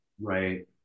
Right